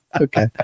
okay